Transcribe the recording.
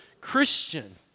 Christian